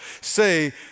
say